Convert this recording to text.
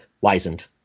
Wizened